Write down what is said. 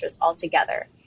altogether